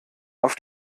auf